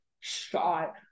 shot